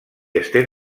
estén